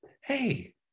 hey